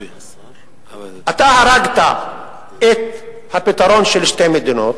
אתה הרגת את הפתרון של שתי מדינות,